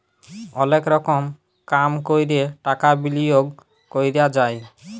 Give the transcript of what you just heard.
অলেক রকম কাম ক্যরে টাকা বিলিয়গ ক্যরা যায়